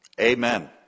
Amen